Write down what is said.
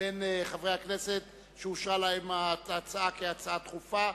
בין חברי הכנסת שאושרה להם ההצעה כהצעה דחופה,